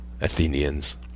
Athenians